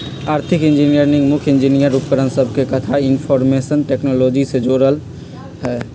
आर्थिक इंजीनियरिंग मुख्य इंजीनियरिंग उपकरण सभके कथा इनफार्मेशन टेक्नोलॉजी से जोड़ल हइ